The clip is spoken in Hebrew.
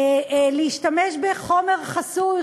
להשתמש בחומר חסוי,